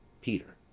Peter